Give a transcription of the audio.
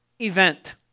event